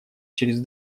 через